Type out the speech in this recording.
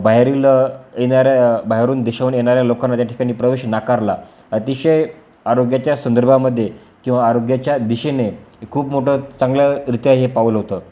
बाहेरील येणाऱ्या बाहेरून देशाहून येणाऱ्या लोकांना त्या ठिकाणी प्रवेश नाकारला अतिशय आरोग्याच्या संदर्भामध्ये किंवा आरोग्याच्या दिशेने खूप मोठं चांगल्यारीत्या हे पाऊलं होतं